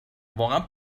واقعا